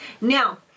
Now